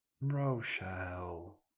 rochelle